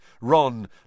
Ron